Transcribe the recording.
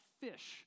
fish